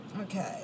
Okay